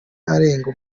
agenga